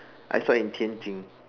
I saw in Tianjin